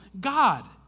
God